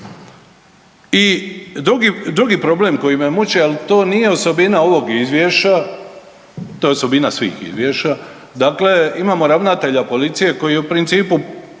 I drugi problem koji me muči, ali to nije osobina ovog izvješća to je osobina svih izvješća. Dakle, imamo ravnatelja policije koji je u principu